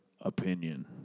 opinion